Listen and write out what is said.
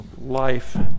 life